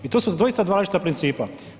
I to su doista dva različita principa.